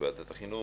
ועדת החינוך.